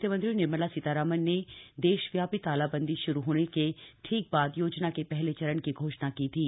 वितमंत्री निर्मला सीतारामन ने देशव्यापी तालाबंदी शुरू होने के ठीक बाद योजना के पहले चरण की घोषणा की थी